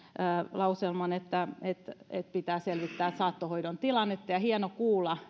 lauselman että pitää selvittää saattohoidon tilannetta hienoa kuulla